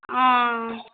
ओ